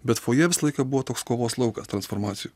bet foje visą laiką buvo toks kovos laukas transformacijų